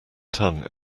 tongue